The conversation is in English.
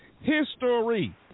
History